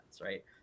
right